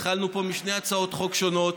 התחלנו פה משתי הצעות חוק שונות,